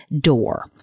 door